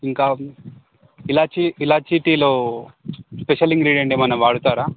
ఇంకా ఇలాచి ఇలాచి టీలో స్పెషల్ ఇంగ్రిడియెంట్ ఏమన్నా వాడతారా